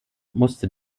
musste